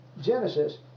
Genesis